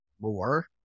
more